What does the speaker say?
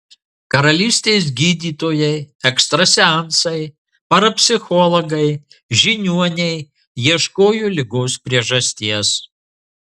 karalystės gydytojai ekstrasensai parapsichologai žiniuoniai ieškojo ligos priežasties